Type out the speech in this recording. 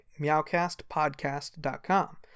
meowcastpodcast.com